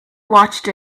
watched